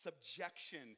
subjection